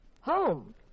Home